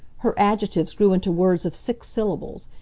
her adjectives grew into words of six syllables.